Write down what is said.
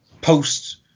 post